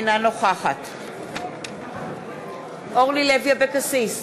אינה נוכחת אורלי לוי אבקסיס,